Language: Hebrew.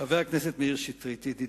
חבר הכנסת מאיר שטרית ידידי,